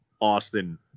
Austin